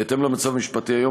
בהתאם למצב המשפטי היום,